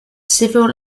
civil